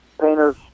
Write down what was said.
Painter's